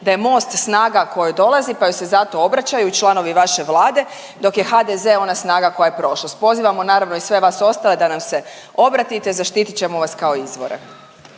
da je MOST snaga koja dolazi pa joj se zato obraćaju i članovi vaše Vlade, dok je HDZ ona snaga koja je prošlost. Pozivamo naravno i sve vas ostale da nam se obratite, zaštitit ćemo vas kao izvore.